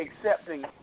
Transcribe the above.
accepting